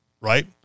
Right